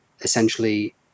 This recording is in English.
essentially